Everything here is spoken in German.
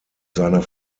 seiner